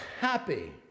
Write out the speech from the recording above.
happy